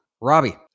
robbie